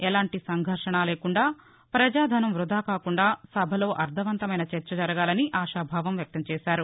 ఎలాంటి సంఘర్షణ లేకుండా ప్రజాధనం వృథా కాకుండా సభలో అర్ణవంతమైన చర్చలు జరగాలని ఆశాభావం వ్యక్తం చేశారు